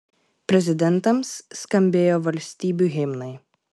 prezidentams skambėjo valstybių himnai